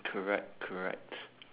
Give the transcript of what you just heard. correct correct